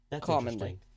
commonly